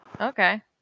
Okay